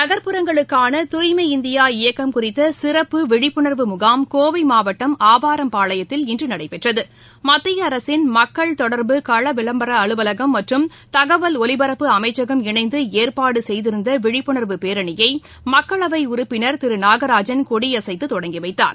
நகர்ப்புறங்களுக்கான தூய்மை இந்தியா இயக்கம் குறித்த சிறப்பு விழிப்புணர்வு முகாம் கோவை மாவட்டம் ஆவாரம்பாளையத்தில் இன்று நடைபெற்றது மத்திய அரசின் மக்கள் தொடர்பு கள விளம்பர அலுவலகம் மற்றும் தகவல் ஒலிபரப்பு அமைச்சகம் இணைந்து இம்முகாமை யொட்டி ஏற்பாடு செய்திருந்த விழிப்புணர்வு பேரணியை மக்களவை உறுப்பினர் திரு நாகராஜன் கொடியசைத்து தொடங்கி வைத்தார்